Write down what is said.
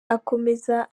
akomeza